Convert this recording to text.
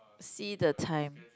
see the time